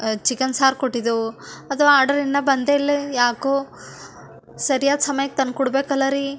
chicken ಸಾರು ಕೊಟ್ಟಿದ್ದೆವು ಅದು ಆಡ್ರ್ ಇನ್ನೂ ಬಂದೇಯಿಲ್ಲ ಏಕೋ ಸರಿಯಾದ ಸಮಯಕ್ಕೆ ತಂದ್ಕೊಡಬೇಕಲ್ಲ ರೀ